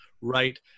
right